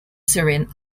syrian